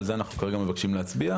על זה אנחנו כרגע מבקשים להצביע,